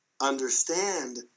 understand